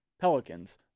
Pelicans